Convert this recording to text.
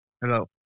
Hello